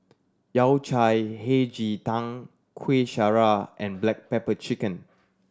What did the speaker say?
Yao Cai Hei Ji Tang Kuih Syara and black pepper chicken